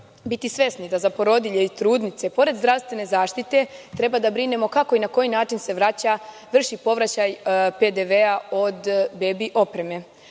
biti svesni da za porodilje i trudnice pored zdravstvene zaštite treba da brinemo kako i na koji način se vraća, vrši povraćaj PDV-a od bebi opreme,